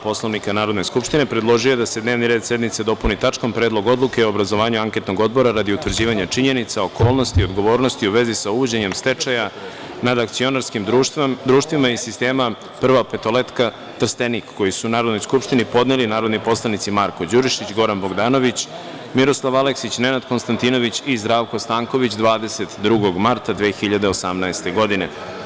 Poslovnika Narodne skupštine, predložio je da se dnevni red sednice dopuni tačkom – Predlog odluke o obrazovanju anketnog odbora radi utvrđivanja činjenica, okolnosti i odgovornosti u vezi sa uvođenjem stečaja nad akcionarskim društvima iz sistema „Prva petoletka“ Trstenik, koji su Narodnoj skupštini podneli narodni poslanici Marko Đurišić, Goran Bogdanović, Miroslav Aleksić, Nenad Konstantinović i Zdravko Stanković 22. marta 2018. godine.